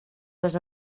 les